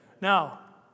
Now